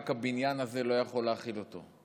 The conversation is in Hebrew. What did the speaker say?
רק הבניין הזה לא יכול להכיל אותו,